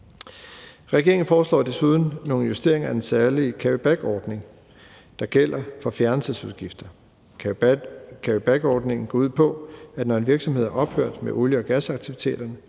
Regeringen foreslår desuden nogle justeringer af den særlige carrybackordning, der gælder for fjernelsesudgifter. Carrybackordningen går ud på, at når en virksomhed er ophørt med olie- og gasaktiviteter